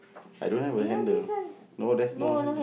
I don't have a handle no there's no handle